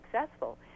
successful